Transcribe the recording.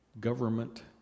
government